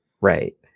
right